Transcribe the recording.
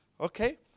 okay